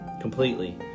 completely